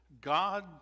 God